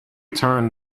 turned